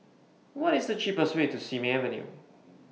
What IS The cheapest Way to Simei Avenue